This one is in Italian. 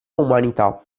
umanità